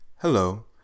Hello